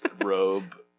Robe